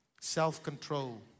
self-control